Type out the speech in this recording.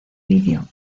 video